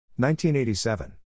1987